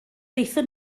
aethon